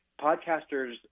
podcasters